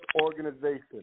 organization